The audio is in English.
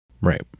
Right